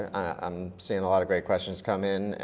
i'm seeing a lot of great questions come in,